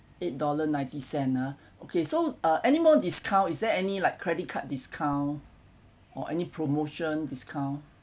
eight dollar ninety cents ah okay so uh any more discount is there any like credit card discount or any promotion discount